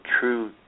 true